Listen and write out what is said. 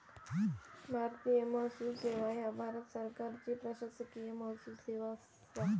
भारतीय महसूल सेवा ह्या भारत सरकारची प्रशासकीय महसूल सेवा असा